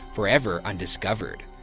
forever undiscovered.